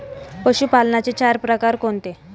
पशुपालनाचे चार प्रकार कोणते?